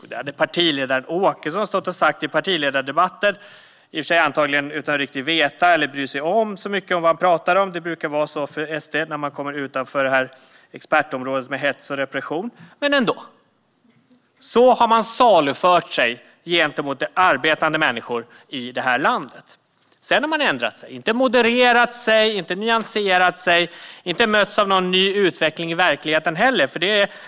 Det hade partiledaren Åkesson stått och sagt i partiledardebatter, i och för sig antagligen utan att riktigt veta eller bry sig så mycket om vad han talade om. Det brukar vara så för SD när man kommer utanför expertområdet med hets och repression. Men så var det ändå. På detta sätt har man salufört sig gentemot arbetande människor i det här landet. Sedan har Sverigedemokraterna ändrat sig - inte modererat sig, inte nyanserat sig och inte mötts av någon ny utveckling i verkligheten heller.